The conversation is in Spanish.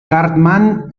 cartman